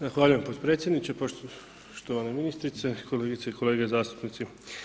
Zahvaljujem potpredsjedniče, štovana ministrice, kolegice i kolege zastupnici.